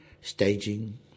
staging